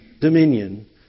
dominion